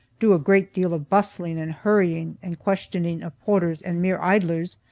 do a great deal of bustling and hurrying and questioning of porters and mere idlers,